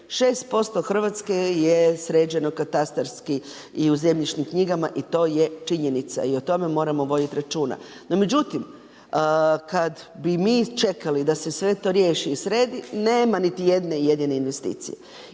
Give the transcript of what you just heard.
6% Hrvatske je sređeno katastarski i u zemljišnim knjigama i to je činjenica i o tome moramo voditi računa. No međutim, kada bi mi čekali da se sve to riješi i sredi nema niti jedne jedine investicije.